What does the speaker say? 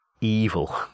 evil